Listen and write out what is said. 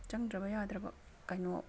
ꯆꯪꯗ꯭ꯔꯕ ꯌꯥꯗ꯭ꯔꯕ ꯀꯩꯅꯣ